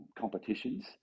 competitions